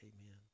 Amen